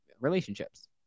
relationships